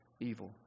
evil